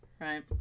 right